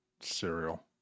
cereal